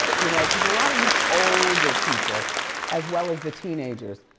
you know cause a lot of the older people as well as the teenagers,